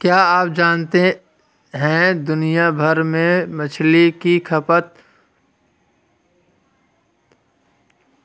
क्या आप जानते है दुनिया भर में मछली की खपत